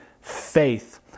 faith